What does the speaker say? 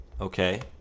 okay